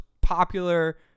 popular